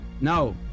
no